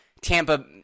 Tampa